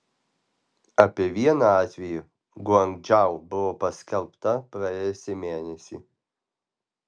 apie vieną atvejį guangdžou buvo paskelbta praėjusį mėnesį